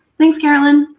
thanks, carolyn.